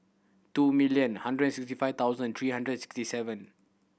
two million hundred sixty five thousand three hundred sixty seven